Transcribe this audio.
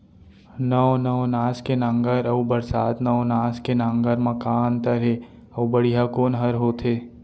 नौ नवनास के नांगर अऊ बरसात नवनास के नांगर मा का अन्तर हे अऊ बढ़िया कोन हर होथे?